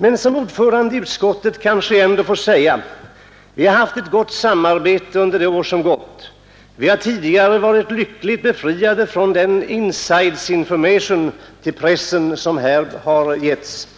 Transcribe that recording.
Men som ordförande i utskottet kanske jag ändå får säga att vi haft ett gott samarbete under det år som gått, och vi har tidigare varit lyckligt befriade från det slag av ”inside information” till pressen som här har getts.